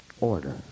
Order